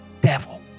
devil